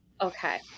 Okay